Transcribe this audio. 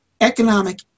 economic